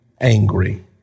angry